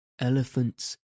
elephants